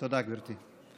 תודה, גברתי.